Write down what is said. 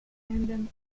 dependent